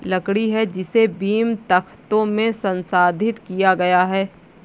लकड़ी है जिसे बीम, तख्तों में संसाधित किया गया है